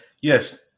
Yes